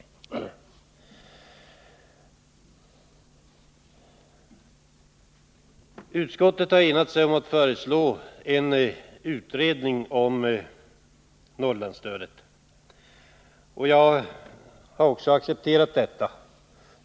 Utskottet har enat sig-.om att föreslå en utredning om Norrlandsstödet. Jag har också accepterat detta.